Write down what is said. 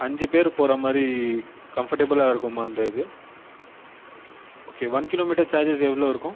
அஞ்சு பேர் போகிற மாதிரி கம்ஃபோர்ட்ப்பிளாக இருக்குமா அந்த இது ஓகே ஒன் கிலோமீட்டர் சார்ஜஸ் எவ்வளோ இருக்கும்